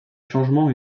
changements